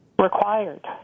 required